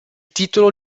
titolo